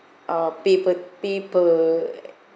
uh pay per pay per